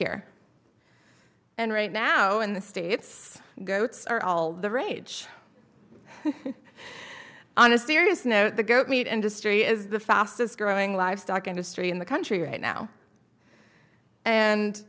here and right now in the states goats are all the rage on a serious note the goat meat industry is the fastest growing livestock industry in the country right now and